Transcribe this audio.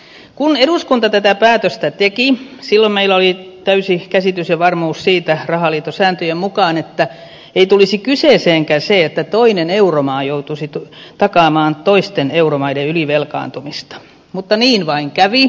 silloin kun eduskunta tätä päätöstä teki meillä oli täysi käsitys ja varmuus siitä rahaliiton sääntöjen mukaan että ei tulisi kyseeseenkään se että toinen euromaa joutuisi takaamaan toisten euromaiden ylivelkaantumista mutta niin vain kävi